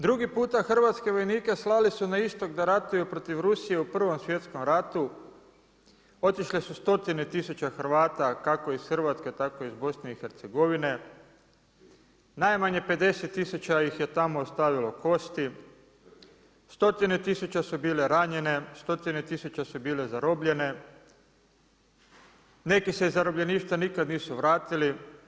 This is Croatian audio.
Drugi puta hrvatske vojnike slali su na istok da ratuju protiv Rusije u 1.svjetskom ratu, otišle su 100 tisuće Hrvata, kako iz Hrvatske tako iz BIH najmanje 50 tisuća ih je tamo ostavilo kosti, stotine tisuća su bile ranjene, stotine tisuća su bile zarobljene, neki se iz zarobljeništva nikada nisu vratili.